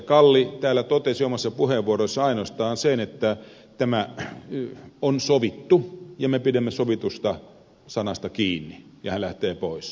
kalli täällä totesi omassa puheenvuorossaan ainoastaan sen että tämä on sovittu ja me pidämme sovitusta sanasta kiinni ja hän lähtee pois